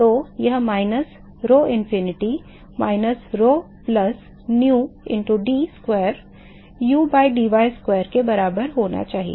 तो यह minus rho infinity minus rho plus nu into d square u by dy square के बराबर होना चाहिए